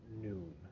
noon